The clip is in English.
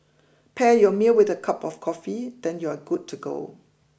pair your meal with a cup of coffee then you're good to go